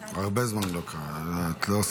בבית הזה היום נתקלו במשכן במשפחות החטופים